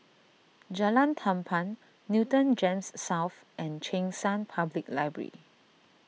Jalan Tampang Newton Gems South and Cheng San Public Library